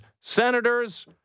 Senators